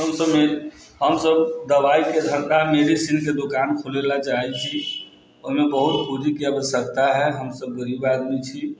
हम सभ दवाइके धन्धा मेडिसीन के दोकान खोलै लए चाहे छी ओहिमे बहुत पूँजीके आवश्यकता है हम सभ गरीब आदमी छी